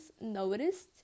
noticed